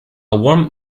warmed